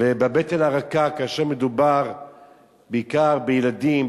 ובבטן הרכה כאשר מדובר בעיקר בילדים,